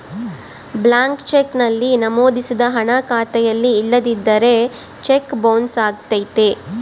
blank cheque ನಲ್ಲಿ ನಮೋದಿಸಿದ ಹಣ ಖಾತೆಯಲ್ಲಿ ಇಲ್ಲದಿದ್ದರೆ ಚೆಕ್ ಬೊನ್ಸ್ ಅಗತ್ಯತೆ